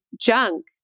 junk